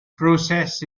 process